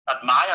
admire